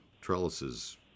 trellises